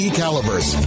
calibers